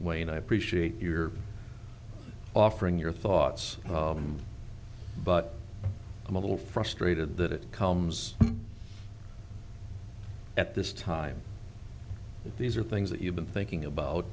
wayne i appreciate your offering your thoughts but i'm a little frustrated that it comes at this time that these are things that you've been thinking about